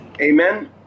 Amen